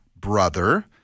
brother